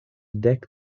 dek